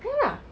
要 lah